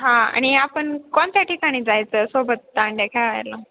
हां आणि आपण कोणत्या ठिकाणी जायचं सोबत दांडिया खेळायला